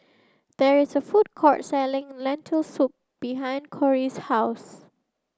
there is a food court selling Lentil soup behind Cori's house